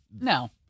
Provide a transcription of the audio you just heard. No